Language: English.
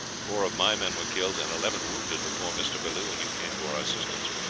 four of my men were killed and eleven wounded before mr. bellew and you came to our assistance.